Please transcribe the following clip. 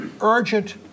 urgent